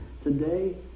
Today